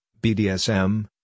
BDSM